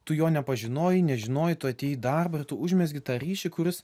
tu jo nepažinojai nežinojai tu atėjai į darbą ir tu užmezgi tą ryšį kuris